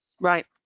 Right